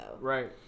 Right